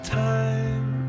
time